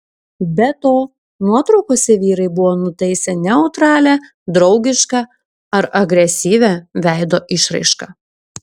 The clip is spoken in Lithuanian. be to nuotraukose vyrai buvo nutaisę neutralią draugišką ar agresyvią veido išraišką